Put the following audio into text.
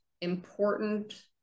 important